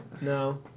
No